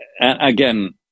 Again